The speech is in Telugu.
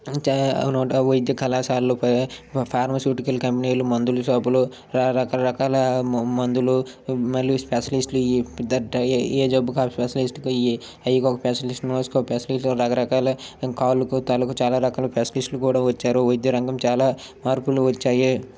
నూట వైద్య కళాశాలలపై ఫార్మాసుటికల్ కంపెనీ మందుల షాపులు రకరకాల మందులు మళ్ళీ స్పెషలిస్ట్లు ఏ జబ్బుకి ఆ స్పెషలిస్ట్లు ఈ ఐకి ఒక స్పెషలిస్ట్ నోస్కి ఒక స్పెషలిస్ట్ రకరకాల కాలుకు తలకు చాలా రకాల స్పెషలిస్ట్లు కూడా వచ్చారు వైద్యరంగం చాలా మార్పులు వచ్చాయి